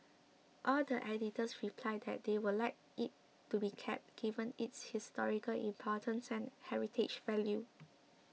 all the editors replied that they would like it to be kept given its historical importance and heritage value